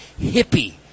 hippie